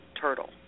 turtle